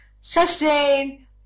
sustain